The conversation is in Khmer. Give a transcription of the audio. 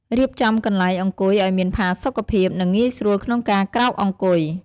រៀបចំកន្លែងអង្គុយឲ្យមានផាសុកភាព និងងាយស្រួលក្នុងការក្រោកអង្គុយ។